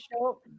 show